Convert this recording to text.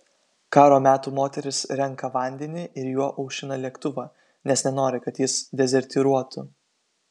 karo metų moteris renka vandenį ir juo aušina lėktuvą nes nenori kad jis dezertyruotų